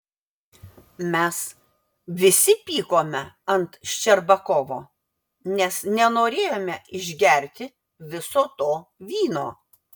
mes visi pykome ant ščerbakovo nes nenorėjome išgerti viso to vyno